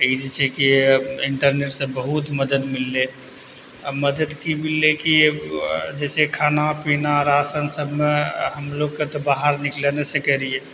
ई जे छै कि इन्टरनेट से बहुत मदति मिललइ आओर मदति की मिललइ कि जइसे खाना पीना राशन सभमे हमलोग कतहु बाहर निकलइ नहि सकय रहियइ